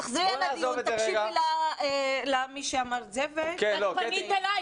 תקשיבי למי שאמר את זה ותשמעי.